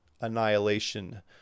annihilation